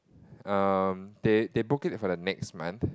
um they they book it for the next month